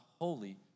holy